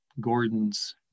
Gordon's